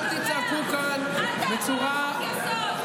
אל תצעקו כאן בצורה, אל תעבור על חוק-יסוד.